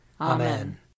Amen